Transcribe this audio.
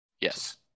Yes